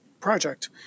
project